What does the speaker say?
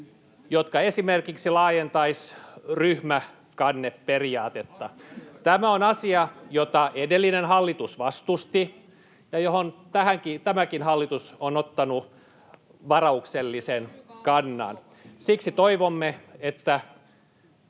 jotka esimerkiksi laajentaisivat ryhmäkanneperiaatetta. [Välihuuto vasemmalta] Tämä on asia, jota edellinen hallitus vastusti ja johon tämäkin hallitus on ottanut varauksellisen kannan. Siksi toivomme, että